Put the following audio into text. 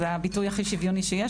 זה הביטוי הכי שוויוני שיש,